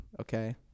Okay